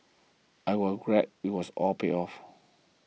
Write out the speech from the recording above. I was glad it was all paid off